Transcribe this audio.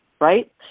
Right